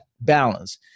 balance